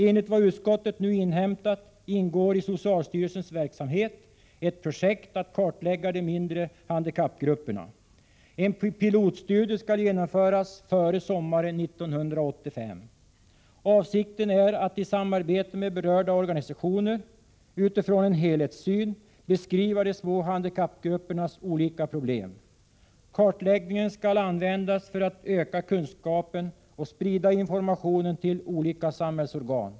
Enligt vad utskottet nu har inhämtat ingår i socialstyrelsens verksamhetsplanering ett projekt att kartlägga de mindre handikappgrupperna. En pilotstudie skall genomföras före sommaren 1985. Avsikten är att i samarbete med berörda organisationer utifrån en helhetssyn beskriva de små handikappgruppernas olika problem. Kartläggningen skall användas för att öka kunskapen på området och för att kunna sprida information till olika samhällsorgan.